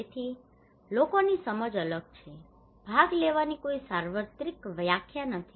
તેથી તેથી લોકોની સમજ અલગ છે ભાગ લેવાની કોઈ સાર્વત્રિક વ્યાખ્યા નથી